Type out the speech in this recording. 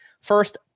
first